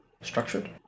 structured